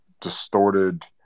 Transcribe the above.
distorted